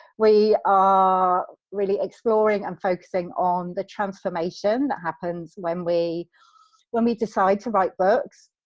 we are really exploring and focusing on the transformation that happens when we when we decide to write books,